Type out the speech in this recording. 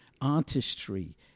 artistry